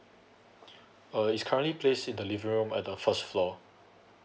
uh it's currently placed in the living room at the first floor